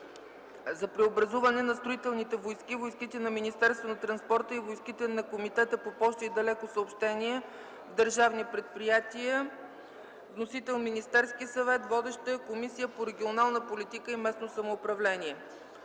за преобразуване на Строителните войски, Войските на Министерството на транспорта и Войските на Комитета по пощи и далекосъобщения в държавни предприятия. Вносител: Министерски съвет. Водеща е Комисията по регионална политика и местно самоуправление.